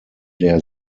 der